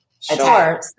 Sure